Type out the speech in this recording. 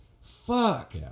fuck